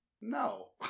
No